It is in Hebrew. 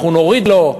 אנחנו נוריד לו.